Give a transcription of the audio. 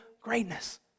greatness